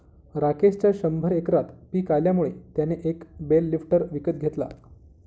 राकेशच्या शंभर एकरात पिक आल्यामुळे त्याने एक बेल लिफ्टर विकत घेतला